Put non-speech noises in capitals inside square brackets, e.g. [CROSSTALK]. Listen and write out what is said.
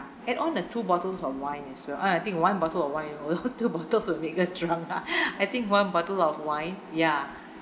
add on a two bottles of wine as well uh I think one bottle of wine [LAUGHS] two bottles will make us drunk ah I think one bottle of wine ya